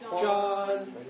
John